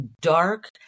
dark